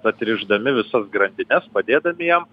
atrišdami visas grandines padėdami jam